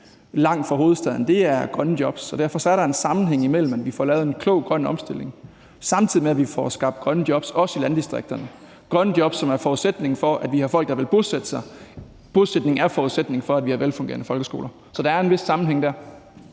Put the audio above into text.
langt fra hovedstaden, er grønne jobs, og derfor er der en sammenhæng imellem, at vi får lavet en klog grøn omstilling, samtidig med at vi får skabt grønne jobs, også i landdistrikterne – grønne jobs, som er forudsætningen for, at vi har folk, der vil bosætte sig. Bosætning er forudsætningen for, at vi har velfungerende folkeskoler. Så der er en vis sammenhæng dér.